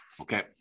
okay